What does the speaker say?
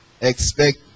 expect